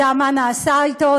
הוא לא ידע מה נעשה אתו.